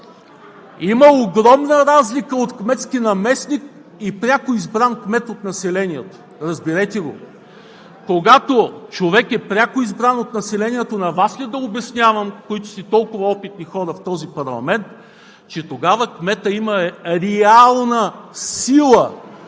има огромна разлика от кметски наместник и пряко избран кмет от населението. Разберете го! Когато човек е пряко избран от населението – на Вас ли да обяснявам, които сте толкова опитни хора в този парламент, че тогава кметът има реална сила,